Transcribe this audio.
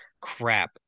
crap